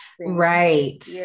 Right